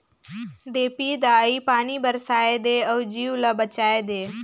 देपी दाई पानी बरसाए दे अउ जीव ल बचाए दे